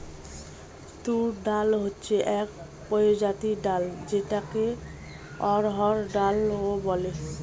তুর ডাল হচ্ছে এক প্রজাতির ডাল যেটাকে অড়হর ডাল ও বলে